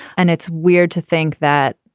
and it's weird to think that,